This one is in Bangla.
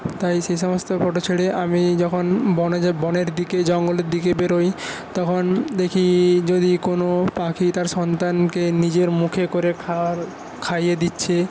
তাই সেই সমস্ত ফটো ছেড়ে আমি যখন বনে যাই বনের দিকে জঙ্গলের দিকে বেরোই তখন দেখি যদি কোনও পাখি তার সন্তানকে নিজের মুখে করে খাওয়ার খাইয়ে দিচ্ছে